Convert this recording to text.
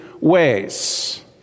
ways